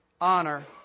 honor